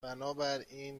بنابراین